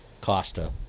Costa